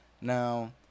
Now